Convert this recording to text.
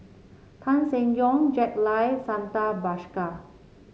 Tan Seng Yong Jack Lai Santha Bhaskar